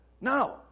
No